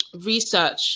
research